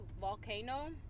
volcano